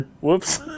Whoops